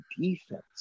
defense